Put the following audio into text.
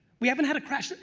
we haven't had a crash.